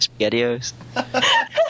spaghettios